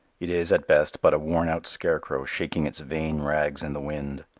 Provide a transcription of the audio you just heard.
it is at best but a worn-out scarecrow shaking its vain rags in the wind.